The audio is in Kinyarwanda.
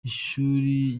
ishuri